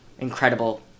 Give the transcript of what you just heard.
Incredible